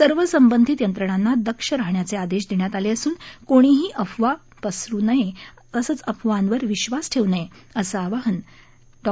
सर्व संबंधित यंत्रणांना दक्ष राहण्याचे आदेश देण्यात आले असून कोणीही अफवा पसरवू नये तसेच अफवांवर विश्वास ठेवू नये असं आवाहन डॉ